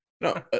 No